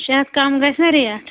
شیٚے ہَتھ کم گژھِ نا ریٹ